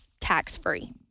tax-free